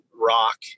rock